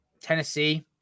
Tennessee